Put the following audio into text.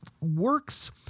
works